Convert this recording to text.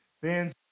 fans